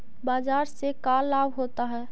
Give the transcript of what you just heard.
बाजार से का लाभ होता है?